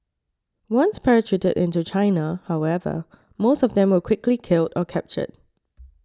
once parachuted into China however most of them were quickly killed or captured